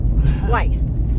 twice